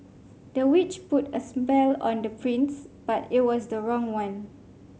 the witch put a spell on the prince but it was the wrong one